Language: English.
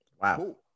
Wow